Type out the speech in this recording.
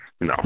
No